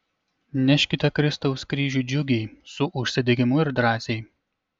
neškite kristaus kryžių džiugiai su užsidegimu ir drąsiai